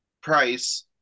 price